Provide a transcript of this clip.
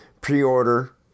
pre-order